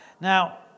Now